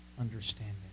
understanding